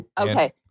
Okay